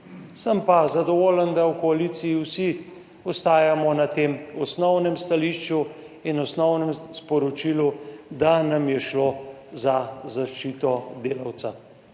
Sem pa zadovoljen, da v koaliciji vsi ostajamo na tem osnovnem stališču in osnovnem sporočilu, da nam je šlo za zaščito delavca.